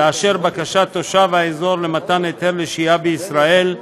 לאשר בקשת תושב האזור לקבל היתר שהייה בישראל,